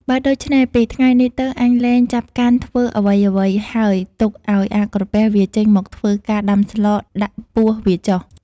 បើដូច្នេះពីថ្ងៃនេះទៅ អញលែងចាប់កាន់ធ្វើអ្វី ៗ ហើយទុកឲ្យអាក្រពះវាចេញមកធ្វើការដាំស្លដាក់ពោះវាចុះ។